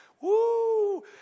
Woo